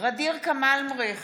ע'דיר כמאל מריח,